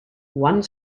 one